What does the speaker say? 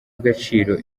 agaciro